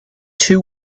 two